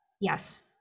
Yes